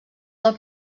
del